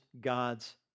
God's